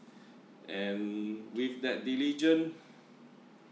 and with that diligent